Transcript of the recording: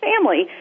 family